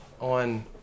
on